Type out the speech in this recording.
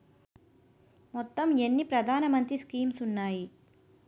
మొత్తం ఎన్ని ప్రధాన మంత్రి స్కీమ్స్ ఉన్నాయి?